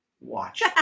watch